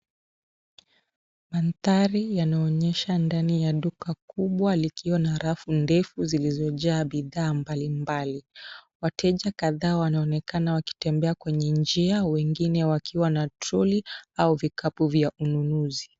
Mandhari yanaonyesha ndani ya duka kubwa likiwa na rafu ndefu zilizojaa bidhaa mbalimbali. Wateja kadhaa wanaonekana wakitembea kwenye njia wengine wakiwa na troli au vikapu za ununuzi.